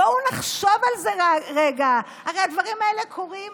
בואו נחשוב על זה רגע, הרי הדברים האלה קורים